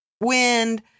Wind